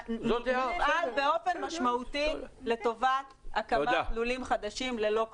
ונפעל באופן משמעותי לטובת הקמת לולים חדשים ללא כלובים.